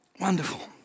Wonderful